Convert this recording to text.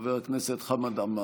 חבר הכנסת חמד עמאר.